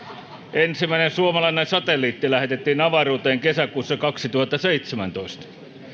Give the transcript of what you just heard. ensimmäinen suomalainen satelliitti lähetettiin avaruuteen kesäkuussa kaksituhattaseitsemäntoista